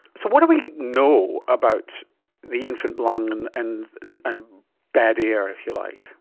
so, what do we know about the infant lung and and and bad air, if you like?